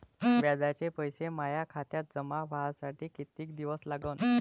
व्याजाचे पैसे माया खात्यात जमा व्हासाठी कितीक दिवस लागन?